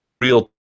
real